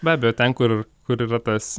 be abejo ten kur kur yra tas